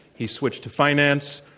he switched to finance.